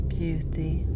beauty